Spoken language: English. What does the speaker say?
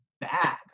bad